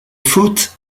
fautes